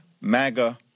MAGA